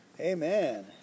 Amen